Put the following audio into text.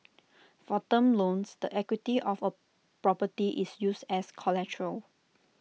for term loans the equity of A property is used as collateral